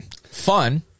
fun